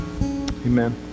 Amen